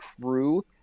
crew